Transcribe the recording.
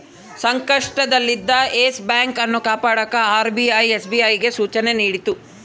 ಸಂಕಷ್ಟದಲ್ಲಿದ್ದ yes bank ಅನ್ನು ಕಾಪಾಡಕ ಆರ್.ಬಿ.ಐ ಎಸ್.ಬಿ.ಐಗೆ ಸೂಚನೆ ನೀಡಿತು